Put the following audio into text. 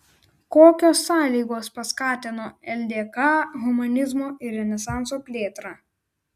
kokios sąlygos paskatino ldk humanizmo ir renesanso plėtrą